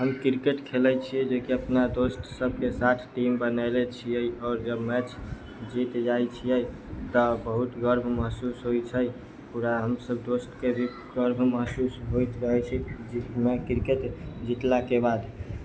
हम क्रिकेट खेलै छियै जेकी अपना दोस्त सबके साथ टीम बनैले छियै आओर जब मैच जीत जाइ छियै तऽ बहुत गर्व महसूस होइ छै पूरा हमसब दोस्त के भी गर्व महसूस होइत रहै छै जइमे क्रिकेट जीतला के बाद